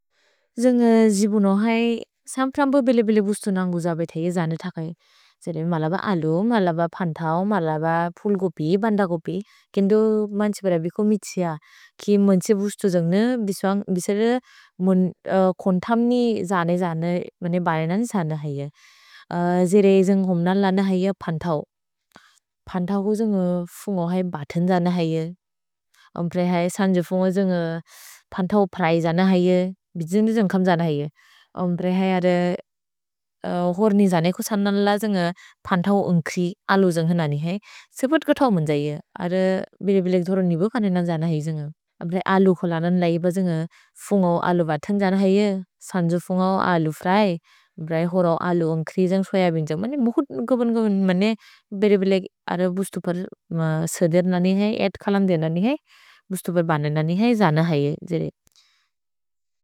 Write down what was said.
जन्ग् जिबुनोहै सम्प्रम्ब बेले-बेले बुस्तो नन्ग् गुजबे थेये जने थकै। जेरे मलब अलु, मलब पन्थौ, मलब पुल्गोपि, बन्दगोपि। केन्दो मन्छे बरबि को मितिअ कि मन्छे बुस्तो जन्ग्ने बिसर कोन्तम्नि जने जने बने नने जने हैये। जेरे जन्ग् होम् नलन हैये पन्थौ। पन्थौ गु जन्ग् फुन्गो है बतेन् जने हैये। अम्प्रए है सन्जो फुन्गो जन्ग् पन्थौ फ्रै जने हैये। भि जन्ग्ने जन्ग् खम् जने हैये। अम्प्रए है अर होर् निजने खु सन् नलन जन्ग् पन्थौ उन्ग्क्रि अलु जन्ग् नने हैये। सेपत् कथौ मन्जये। अर बेले-बेलेक् जोरो निबु कने नने जने हैये जन्ग्। अप्रए अलु खुलन नलैब जन्ग् फुन्गो अलु बतेन्ग् जने हैये। सन्जो फुन्गो अलु फ्रै। अप्रए होरो अलु उन्ग्क्रि जन्ग् सोय बिन्ज। मनि मुखुत् गोबन् गोबन् मने बेले-बेलेक् अर बुस्तो फर् सदर् नने हैये। एत्खलम् देन नने हैये। भुस्तो फर् बने नने हैये जने हैये जेरे।